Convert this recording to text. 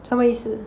什么意思